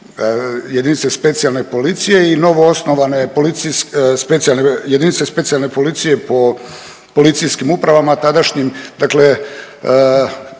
jedinice specijalne policije i novoosnovana je policijska, specijalne, jedinice specijalne policije po policijskim upravama tadašnjim,